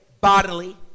bodily